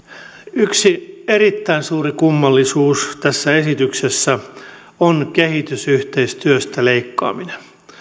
yksi erittäin suuri kummallisuus tässä esityksessä on kehitysyhteistyöstä leikkaaminen